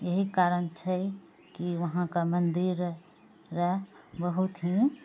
यही कारण छै कि वहाँके मन्दिर रऽ बहुत ही